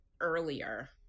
earlier